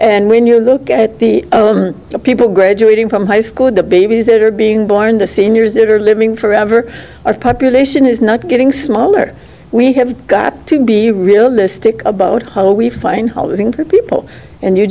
and when you look at the people graduating from high school and the babies that are being born the seniors that are living forever our population is not getting smaller we have got to be realistic about how do we find housing for people and you